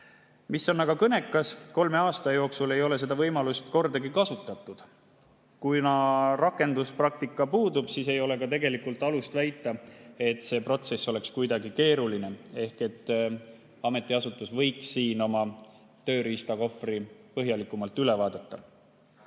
Mis on aga kõnekas: kolme aasta jooksul ei ole seda võimalust kordagi kasutatud. Kuna rakenduspraktika puudub, siis ei ole alust väita, et see protsess oleks kuidagi keeruline. Ametiasutus võiks siin oma tööriistakohvri põhjalikumalt üle vaadata.